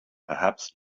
perhaps